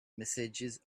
messages